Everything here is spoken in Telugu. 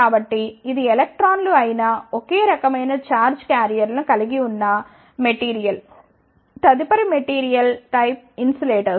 కాబట్టి ఇది ఎలక్ట్రాన్లు అయిన ఒకే రకమైన ఛార్జ్ క్యారియర్లను కలిగి ఉన్న మెటీరియల్ తదుపరి మెటీరియల్ టైప్ ఇన్సులేటర్